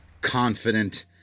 confident